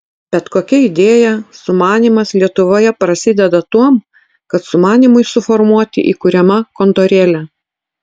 bet kokia idėja sumanymas lietuvoje prasideda tuom kad sumanymui suformuoti įkuriama kontorėlė